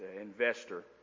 investor